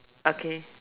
okay